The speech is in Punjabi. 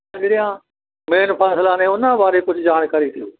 ਜਿਹੜੀਆਂ ਮੇਨ ਫਸਲਾਂ ਨੇ ਉਹਨਾਂ ਬਾਰੇ ਕੁਝ ਜਾਣਕਾਰੀ ਦਿਓ